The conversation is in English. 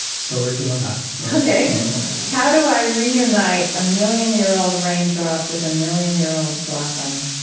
still working on that okay how do i reunite a million-year-old rain drop with a million-year-old blossom?